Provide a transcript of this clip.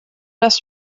das